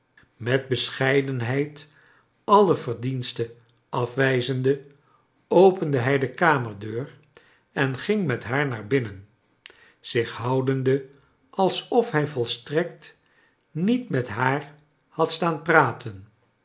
met bescheidenheid alle verdienste afwijzende opende hij de kamerdeur en ging met haar naar binnen zich houdende alsof hij volstrekt niet met haar had staan praten